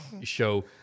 show